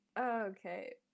Okay